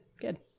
good